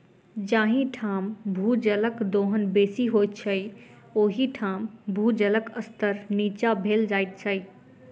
जाहि ठाम भूजलक दोहन बेसी होइत छै, ओहि ठाम भूजलक स्तर नीचाँ भेल जाइत छै